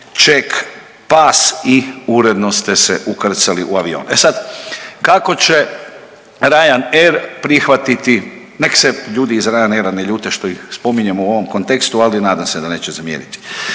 check pass i uredno ste se ukrcali u avion. E sad, kako će Ryanair prihvatiti nek se ljudi iz Ryanaira ne ljude što ih spominjem u ovom kontekstu, ali nadam se da neće zamjeriti.